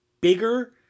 bigger